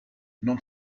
non